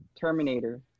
Terminator